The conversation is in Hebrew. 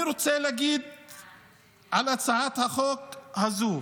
אני רוצה לומר על הצעת החוק הזאת,